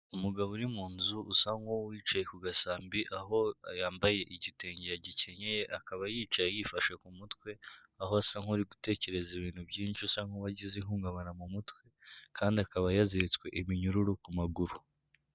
Umugabo uri mu nzu usa nk'uwicaye ku gasambi aho yambaye igitenge yagikenyeye akaba yicaye yifashe ku mutwe aho asa nk'uri gutekereza ibintu byinshi asa nk'uwagize ihungabana mu mutwe kandi akaba yaziritswe iminyururu ku maguru.